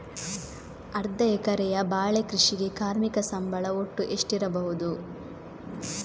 ಅರ್ಧ ಎಕರೆಯ ಬಾಳೆ ಕೃಷಿಗೆ ಕಾರ್ಮಿಕ ಸಂಬಳ ಒಟ್ಟು ಎಷ್ಟಿರಬಹುದು?